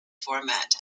format